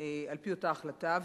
על-פי אותה החלטה,